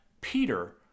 Peter